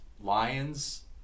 Lions